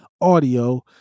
audio